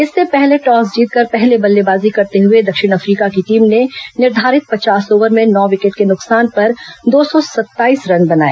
इससे पहले टॉस जीतकर पहले बल्लेबाजी करते हुए दक्षिण अफ्रीका की टीम ने निर्धारित पचास ओवर में नौ विकेट के नुकसान पर दो सौ सत्ताईस रन बनाए